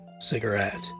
cigarette